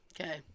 Okay